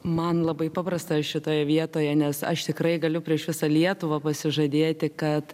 man labai paprasta šitoje vietoje nes aš tikrai galiu prieš visą lietuvą pasižadėti kad